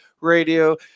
Radio